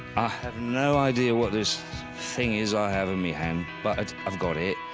i have no idea what this thing is i have in me hand but i've got it.